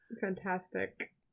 Fantastic